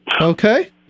Okay